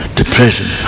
depression